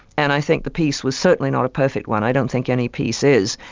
and i think the peace was certainly not a perfect one. i don't think any peace is.